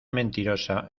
mentirosa